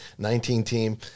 19-team